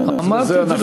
אמרתי את זה בצורה ברורה.